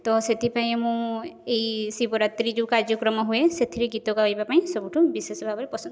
ତ ସେଥିପାଇଁ ମୁଁ ଏଇ ଶିବରାତ୍ରି ଯେଉଁ କାର୍ଯ୍ୟକ୍ରମ ହୁଏ ସେଥିରେ ଗୀତ ଗାଇବା ପାଇଁ ସବୁଠୁ ବିଶେଷ ଭାବେ ପସନ୍ଦ କରେ